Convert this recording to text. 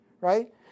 right